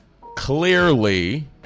clearly